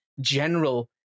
general